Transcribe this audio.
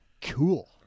Cool